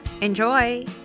Enjoy